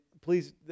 please